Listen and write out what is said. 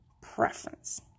preference